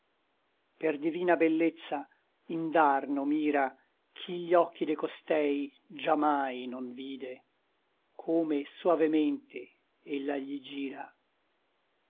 per divina bellezza indarno mira chi gli occhi de costei già mai non vide come soavemente ella gli gira